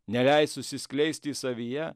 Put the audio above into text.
neleis užsiskleisti savyje